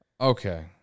Okay